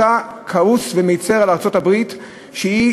אתה כעוס ואתה מצר על כך שארצות-הברית אינה